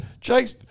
Jake's